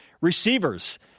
Receivers